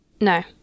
No